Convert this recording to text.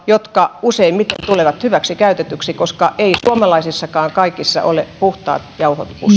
jotka useimmiten tulevat hyväksikäytetyiksi koska ei suomalaisillakaan kaikilla ole puhtaat jauhot